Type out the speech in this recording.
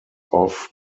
off